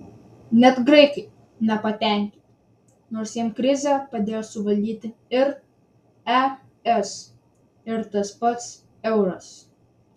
net graikai nepatenkinti nors jiems krizę padėjo suvaldyti ir es ir tas pats euras